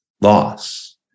loss